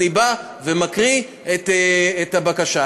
אני בא ומקריא את הבקשה.